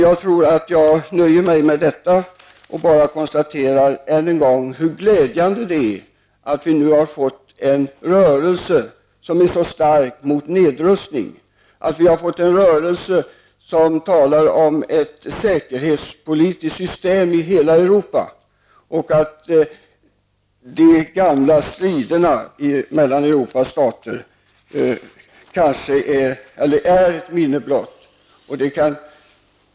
Jag tror att jag nöjer mig med detta och konstaterar bara än en gång hur glädjande det är att vi nu har fått en rörelse mot nedrustning som är så stark, att vi har fått en rörelse som talar om ett säkerhetspolitiskt system i hela Europa och att de gamla striderna mellan Europas stater är ett minne blott.